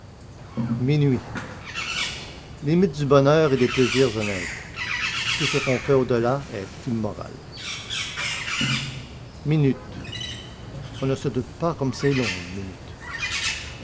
minuit limite du bonheur et des plaisirs honnêtes tout ce qu'on fait au-delà est immoral minute on ne se doute pas comme c'est long une minute